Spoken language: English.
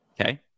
Okay